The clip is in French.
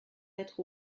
être